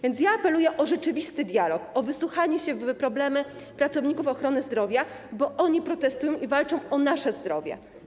Więc apeluję o rzeczywisty dialog, o wsłuchanie się w problemy pracowników ochrony zdrowia, bo oni protestują i walczą o nasze zdrowie.